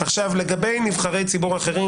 לגבי נבחרי ציבור אחרים,